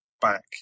back